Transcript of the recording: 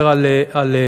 יותר על תחבורה,